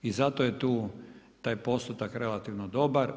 I zato je tu taj postotak relativno dobar.